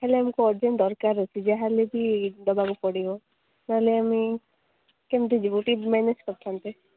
ହେଲେ ଆମକୁ ଅର୍ଜେଣ୍ଟ୍ ଦରକାର ଅଛି ଯାହା ହେଲେବି ଦେବାକୁ ପଡ଼ିବ ନହେଲେ ଆମେ କେମିତି ଯିବୁ ଟିକେ ମ୍ୟାନେଜ୍ କରିଥାନ୍ତେ